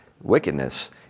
wickedness